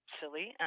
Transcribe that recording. silly